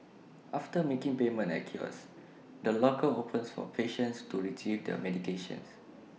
after making payment at A kiosk the locker opens for patients to Retrieve their medication